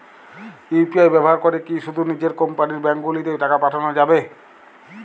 UPI ব্যবহার করে কি শুধু নিজের কোম্পানীর ব্যাংকগুলিতেই টাকা পাঠানো যাবে?